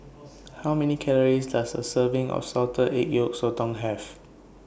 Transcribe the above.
How Many Calories Does A Serving of Salted Egg Yolk Sotong Have